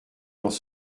dans